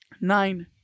Nine